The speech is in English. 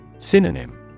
Synonym